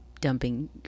dumping